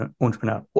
entrepreneur